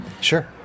Sure